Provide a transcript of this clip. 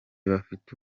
bafite